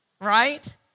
Right